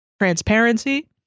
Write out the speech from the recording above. transparency